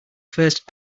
first